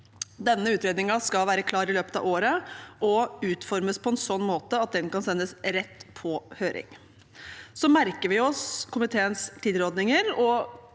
Denne utredningen skal være klar i løpet av året og utformes på en sånn måte at den kan sendes rett på høring. Vi merker oss komiteens tilrådinger,